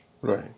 Right